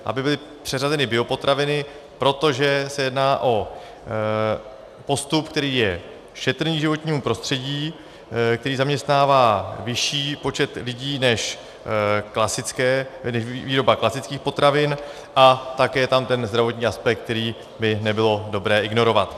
Aby byly přeřazeny biopotraviny, protože se jedná o postup, který je šetrný k životnímu prostředí, který zaměstnává vyšší počet lidí než výroba klasických potravin, a také je tam ten zdravotní aspekt, který by nebylo dobré ignorovat.